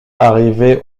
arrivé